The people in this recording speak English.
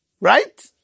Right